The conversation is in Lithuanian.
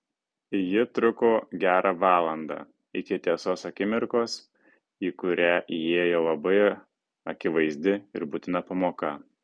ji truko gerą valandą iki tiesos akimirkos į kurią įėjo labai akivaizdi ir būtina pamoka